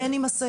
בין אם הסייעת,